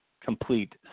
complete